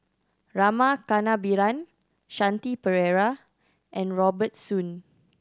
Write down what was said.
Rama Kannabiran Shanti Pereira and Robert Soon